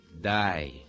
Die